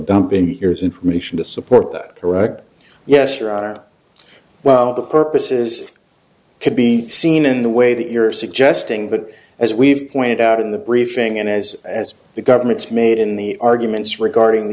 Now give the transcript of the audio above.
dumping yours information to support that correct yes or are well the purposes could be seen in the way that you're suggesting but as we've pointed out in the briefing and as as the government's made in the arguments regarding the